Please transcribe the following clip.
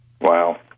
Wow